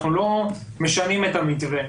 אנחנו לא משנים את המתווה,